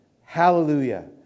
Hallelujah